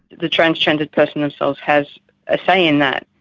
the transgendered person themselves has a say in that,